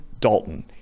Dalton